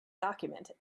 document